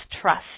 trust